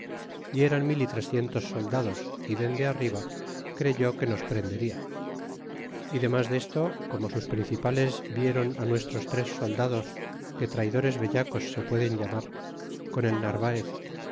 y eran mil y trecientos soldados y dende arriba creyó que nos prendería y demas desto como sus principales viéron á nuestros tres soldados que traidores vellacos se pueden llamar con el narvaez